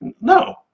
No